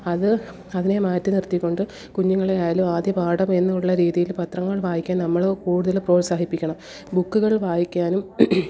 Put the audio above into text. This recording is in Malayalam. അത് അതിനെ മാറ്റി നിർത്തിക്കൊണ്ട് കുഞ്ഞുങ്ങളെ ആയാലും ആദ്യ പാഠമെന്നുള്ള രീതിയിൽ പത്രങ്ങൾ വായിക്കാൻ നമ്മൾ കൂടുതൽ പ്രോത്സാഹിപ്പിക്കണം ബുക്കുകൾ വായിക്കാനും